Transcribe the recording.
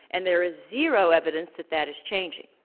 and there is zero evidence that that is changing.